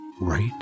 right